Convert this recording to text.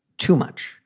too much.